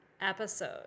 episode